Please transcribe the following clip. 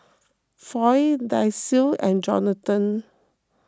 Floyd Dicie and Jonathon